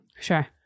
Sure